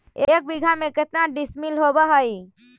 एक बीघा में केतना डिसिमिल होव हइ?